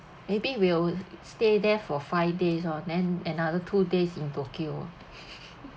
maybe will stay there for five days oh then another two days in tokyo oh